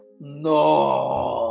no